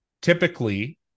typically